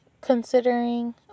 considering